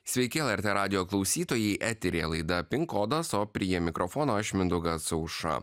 sveiki lrt radijo klausytojai eteryje laida pin kodas o prie mikrofono aš mindaugas aušra